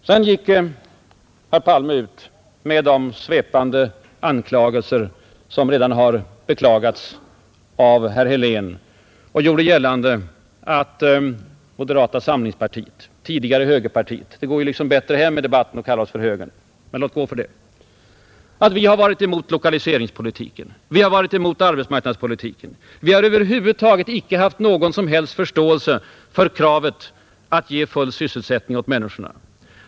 Sedan gick herr Palme ut med svepande anklagelser, som redan har beklagats av herr Helén, och gjorde gällande att moderata samlingspartiet — tidigare högerpartiet; det går liksom bättre hem i debatten att kalla oss för högern, men låt gå för det — har varit emot lokaliseringspolitik, emot arbetsmarknadspolitik. Vi har över huvud taget icke haft någon som helst förståelse för kravet att ge full sysselsättning åt människorna.